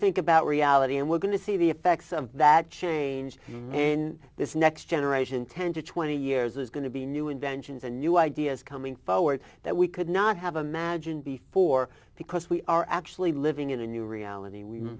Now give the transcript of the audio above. think about reality and we're going to see the effects of that change in this next generation ten to twenty years is going to be new inventions and new ideas coming forward that we could not have imagined before because we are actually living in a new reality we